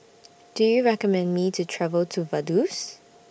Do YOU recommend Me to travel to Vaduz